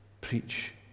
preach